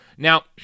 Now